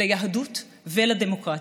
ליהדות ולדמוקרטיה.